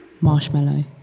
Marshmallow